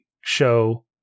show